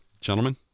Gentlemen